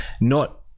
not-